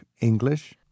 English